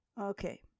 okay